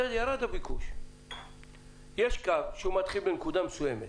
בסדר, ירד הביקוש שמתחיל בנקודה מסוימת